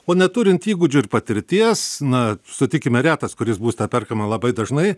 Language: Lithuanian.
o neturint įgūdžių ir patirties na sutikime retas kuris būstą perkame labai dažnai